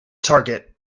target